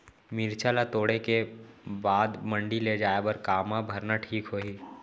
मिरचा ला तोड़े के बाद मंडी ले जाए बर का मा भरना ठीक होही?